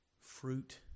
fruit